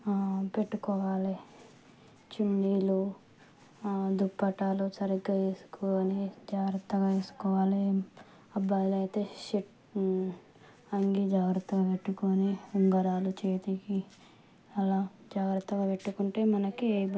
పెట్టుకోవాలి చున్నీలు దుప్పటాలు సరిగ్గా వేసుకుని జాగ్రత్తగా వేసుకోవాలి అబ్బాయిలైతే షర్ట్ అంగీ జాగ్రత్తగా పెట్టుకుని ఉంగరాలు చేతికి అలా జాగ్రత్తగా పెట్టుకుంటే మనకి ఏ